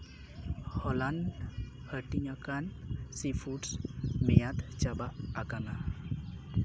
ᱦᱚᱞᱟᱱ ᱦᱟᱹᱴᱤᱧ ᱟᱠᱟᱱ ᱥᱤᱯᱷᱩᱰᱥ ᱢᱮᱭᱟᱫ ᱪᱟᱵᱟ ᱟᱠᱟᱱᱟ